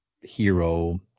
hero